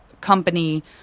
company